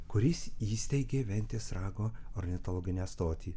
kuris įsteigė ventės rago ornitologinę stotį